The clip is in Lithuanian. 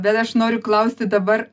bet aš noriu klausti dabar